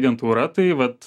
agentūra tai vat